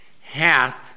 hath